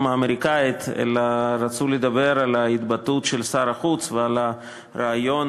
האמריקנית ורצו לדבר על ההתבטאות של שר החוץ ועל הרעיון